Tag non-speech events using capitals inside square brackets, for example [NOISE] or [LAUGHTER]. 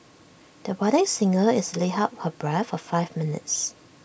the budding singer [NOISE] easily held her breath for five minutes